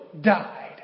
died